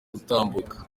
gutambuka